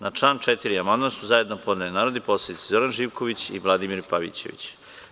Na član 4. amandman su zajedno podneli narodni poslanici Zoran Živković i Vladimir Pavićević.